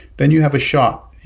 then you have a shot.